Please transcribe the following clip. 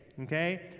Okay